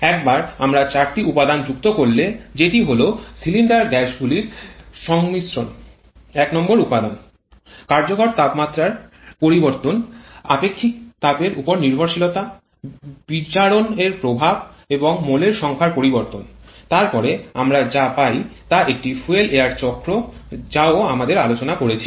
একবার আমরা চারটি উপাদান যুক্ত করলে যেটি হল সিলিন্ডার গ্যাসের সংমিশ্রণটি এক নম্বর উপাদান কার্যকর তাপমাত্রার পরিবর্তন আপেক্ষিক তাপের উপর নির্ভরশীলতা বিয়োজন এর প্রভাব এবং মোলের সংখ্যার পরিবর্তন তারপরে আমরা যা পাই তা একটি ফুয়েল এয়ার চক্র যা ও আমরা আলোচনা করেছি